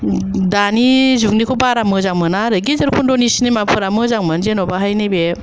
दानि जुगनिखौ बारा मोजां मोना आरो गेजेर खन्द'नि सिनिमा फोरा मोजांमोन जेनबाहाय नैबे